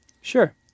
Sure